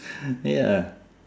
ya